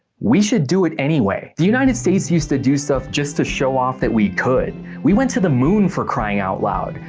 we should do it anyway. the united states used to do stuff just to show off that we could, we went to the moon for crying out loud,